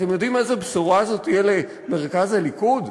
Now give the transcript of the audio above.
אתם יודעים איזו בשורה זו תהיה למרכז הליכוד?